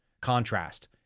contrast